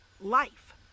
life